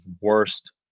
worst